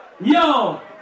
Yo